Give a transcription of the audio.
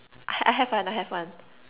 I I have one I have one